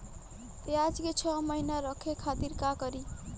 प्याज के छह महीना रखे खातिर का करी?